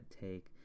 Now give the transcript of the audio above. take